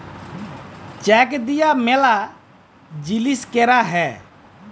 check দিয়া ম্যালা জিলিস ক্যরা হ্যয়ে